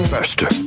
Faster